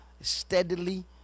steadily